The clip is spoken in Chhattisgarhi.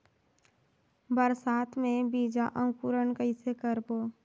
बरसात मे बीजा अंकुरण कइसे करबो?